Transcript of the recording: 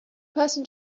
person